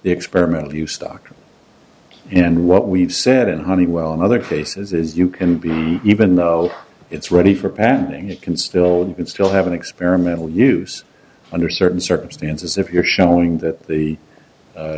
the experimental you stock in what we've said in honeywell in other cases as you can be even though it's ready for pending it can still still have an experimental use under certain circumstances if you're showing that the